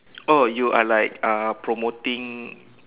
oh you are like uh promoting